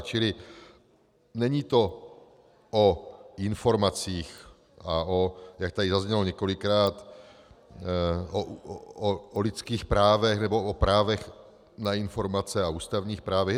Čili není to o informacích, a jak tady zaznělo několikrát, o lidských právech nebo o právech na informace a ústavních právech.